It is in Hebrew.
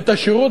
את השירות,